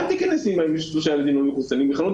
היא גם תיכנס עם הילדים הלא מחוסנים אלא שבמעמד